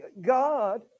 God